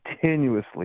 continuously